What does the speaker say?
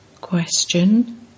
Question